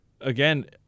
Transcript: again